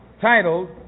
titled